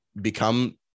become